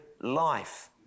life